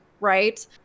right